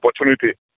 opportunity